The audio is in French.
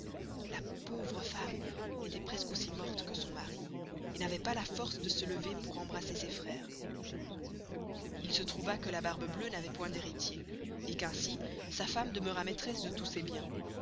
la pauvre femme estoit presque aussi morte que son mari et n'avoit pas la force de se lever pour embrasser ses freres il se trouva que la barbe bleuë n'avoit point d'heritiers et qu'ainsi sa femme demeura maistresse de tous ses biens